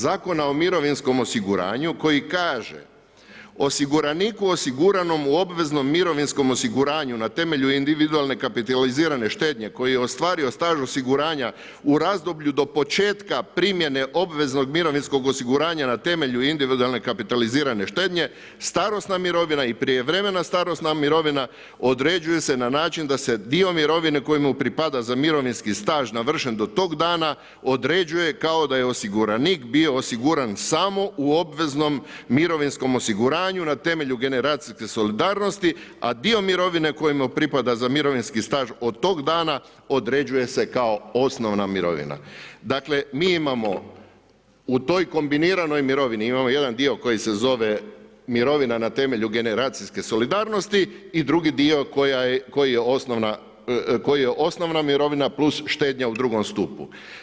Zakona o mirovinskom osiguranju koji kaže: „Osiguraniku osiguranom u obveznom mirovinskom osiguranju na temelju individualne kapitalizirane štednje koji je ostvario staž osiguranja u razdoblju do početka primjene obveznog mirovinskog osiguranja na temelju individualne kapitalizirane štednje, starosna mirovina i prijevremena starosna mirovina određuje se na način da se dio mirovine koji mu pripada za mirovinski staž navršen do tog dana određuje kao da je osiguranik bio osiguran samo u obveznom mirovinskom osiguranju na temelju generacijske solidarnosti, a dio mirovine koji mu pripada za mirovinski staž od toga dana određuje se kao osnovna mirovina.“ Dakle, mi imamo u toj kombiniranoj mirovini imamo jedan dio koji se zove mirovina na temelju generacijske solidarnosti i drugi dio koji je osnovna mirovina plus štednja u drugom stupu.